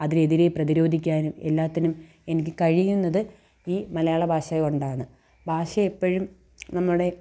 അതിനെതിരെ പ്രതിരോധിക്കാനും എല്ലാത്തിനും എനിക്ക് കഴിയുന്നത് ഈ മലയാള ഭാഷ കൊണ്ടാണ് ഭാഷ എപ്പോഴും നമ്മുടെ